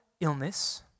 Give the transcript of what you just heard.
illness